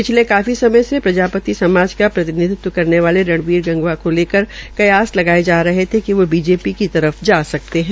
पिछले काफी समय से प्रजापति समाज का प्रतिनिधित्व करने वोल रणबीर गंगवा को लेकर कयास लगाये जा रहे थे कि वो बीजेपी को तरफ जा सकते है